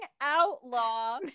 outlaw